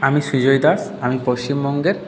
আমি সুজয় দাস আমি পশ্চিমবঙ্গের